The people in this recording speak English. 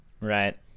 right